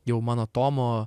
jau mano tomo